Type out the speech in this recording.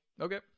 Okay